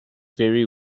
very